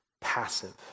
passive